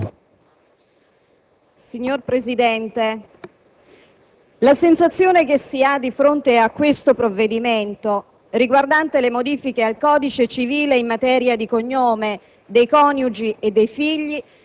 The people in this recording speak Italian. Signor Presidente, la sensazione che si ha di fronte a questo provvedimento riguardante le modifiche al codice civile in materia di cognome dei coniugi e dei figli